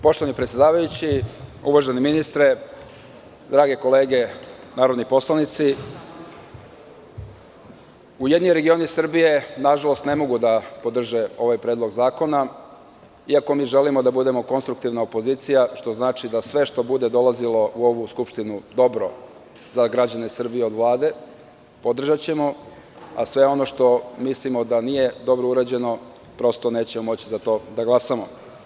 Poštovani predsedavajući, uvaženi ministre, drage kolege narodni poslanici, Ujedinjeni regioni Srbije nažalost ne mogu da podrže ovaj predlog zakona, iako mi želimo da budemo konstruktivna opozicija, što znači da ćemo sve dobro za građane Srbije što bude dolazilo u Skupštinu od Vlade podržati, a za sve ono što mislimo da nije dobro urađeno prosto nećemo moći da glasamo.